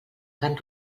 carn